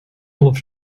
love